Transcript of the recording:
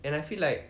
and I feel like